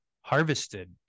harvested